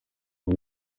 uba